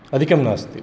अधिकं नास्ति